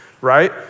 right